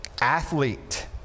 athlete